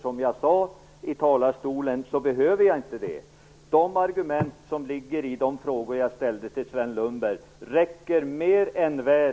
Som jag sade i talarstolen behöver jag inte göra det. De argument som ligger i de frågor som jag ställde till Sven Lundberg räcker mer än väl.